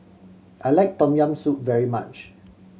I like Tom Yam Soup very much